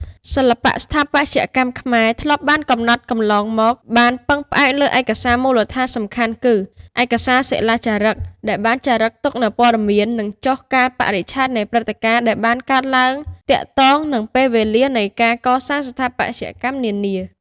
សិល្បៈស្ថាបត្យកម្មខ្មែរ ធ្លាប់បានកំណត់កន្លងមក បានពឹងផ្អែកលើឯកសារមូលដ្ឋានសំខាន់គឺ ឯកសារសិលាចារឹក ដែលបានចារឹកទុកនូវព័ត៌មាន និងចុះកាលបរិច្ឆេទនៃព្រឹត្តិកាណ៍ ដែលបានកើតឡើងទាក់ទងនឹងពេលវេលានៃការកសាងស្ថាបត្យកម្មនានា។